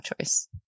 choice